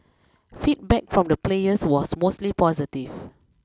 feedback from the players was mostly positive